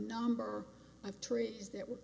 number of trees that were